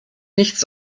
nichts